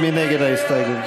ההסתייגות?